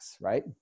Right